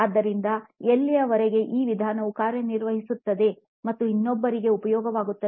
ಆದ್ದರಿಂದ ಎಲ್ಲಿಯವರೆಗೆ ಈ ವಿಧಾನವು ಕಾರ್ಯನಿರ್ವಹಿಸುತ್ತದೆ ಮತ್ತು ಇನ್ನೊಬ್ಬರಿಗೆ ಉಪಯೋಗವಾಗುತ್ತದೆ